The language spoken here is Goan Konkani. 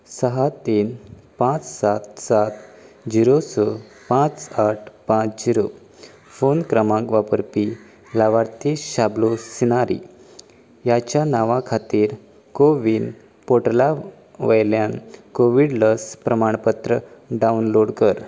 स तीन पांच सात सात झिरो स पांच आठ पांच झिरो फोन क्रमांक वापरपी लावार्थी शाबलो सिनारी हाच्या नांवा खातीर कोविन पोर्टला वयल्यान कोवीड लस प्रमाणपत्र डावनलोड कर